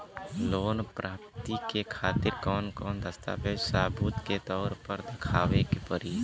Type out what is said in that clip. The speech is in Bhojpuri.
लोन प्राप्ति के खातिर कौन कौन दस्तावेज सबूत के तौर पर देखावे परी?